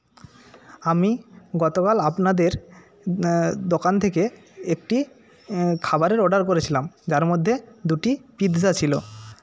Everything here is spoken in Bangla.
আমি গতকাল আপনাদের দোকান থেকে একটি খাবারের অর্ডার করেছিলাম যার মধ্যে দুটি পিৎজা ছিল